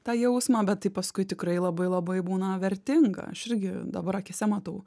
tą jausmą bet tai paskui tikrai labai labai būna vertinga aš irgi dabar akyse matau